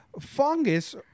fungus